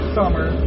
summer